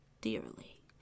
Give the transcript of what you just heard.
dearly